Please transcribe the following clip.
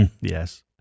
Yes